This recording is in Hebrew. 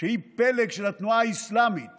שהיא פלג של התנועה האסלאמית